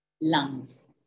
lungs